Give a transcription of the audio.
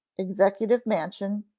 executive mansion,